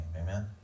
amen